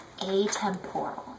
atemporal